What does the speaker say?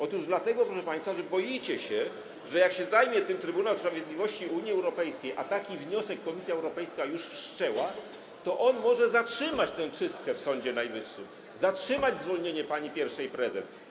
Otóż dlatego, proszę państwa, że boicie się, że jak zajmie się tym Trybunał Sprawiedliwości Unii Europejskiej, a taki wniosek Komisja Europejska już wszczęła, to on może zatrzymać tę czystkę w Sądzie Najwyższym, zatrzymać zwolnienie pani pierwszej prezes.